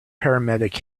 paramedic